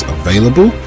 available